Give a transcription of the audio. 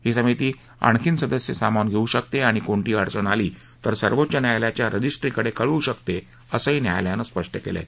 ही समिती आणखी सदस्य सामावून घेऊ शकते आणि कोणतीही अडचण आली तर सर्वोच्च न्यायालयाच्या रजिस्ट्रीकडे कळवू शकते असंही न्यायालयानं स्पष्ट केलं आहे